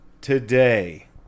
today